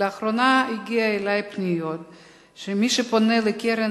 לאחרונה הגיעו אלי פניות שמי שפונה אל קרן